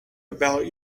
about